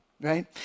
right